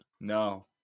No